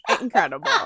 Incredible